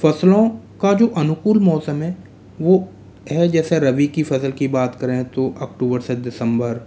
फसलों का जो अनुकूल मौसम है वो है जैसे रबी की फसल की बात करें तो अक्टूबर से दिसंबर